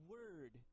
Word